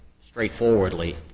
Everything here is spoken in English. straightforwardly